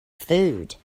food